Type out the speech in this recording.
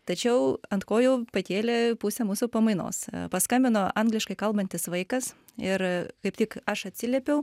tačiau ant kojų pakėlė pusę mūsų pamainos paskambino angliškai kalbantis vaikas ir kaip tik aš atsiliepiau